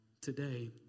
today